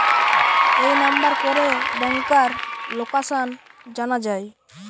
এই নাম্বার করে ব্যাংকার লোকাসান জানা যায়